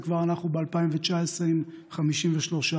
וכבר אנחנו עם 53 ב-2019,